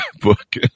book